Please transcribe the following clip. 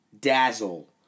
dazzle